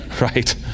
right